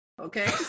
okay